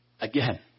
Again